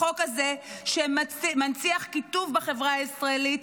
החוק הזה שמנציח קיטוב בחברה הישראלית,